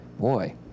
boy